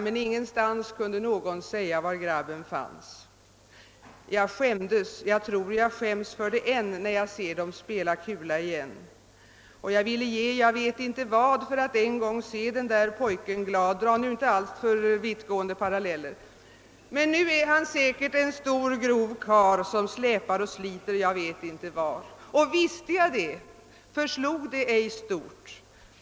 Men ingenstans kunde någon säga, var grabben fanns. Jag skämdes. Jag tror, jag skäms för det än, när jag ser dem spela kula igen. Och jag ville ge, jag vet inte vad, för att en gång få se den där pojken glad.» »Men nu är han säkert en stor grov karl, som släpar och sliter — jag vet inte var. Och visste jag det, förslog det ej stort.